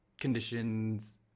conditions